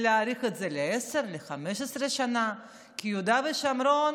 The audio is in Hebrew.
להאריך את זה ל-10, ל-15 שנה, כי יהודה ושומרון